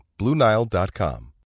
BlueNile.com